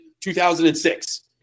2006